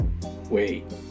Wait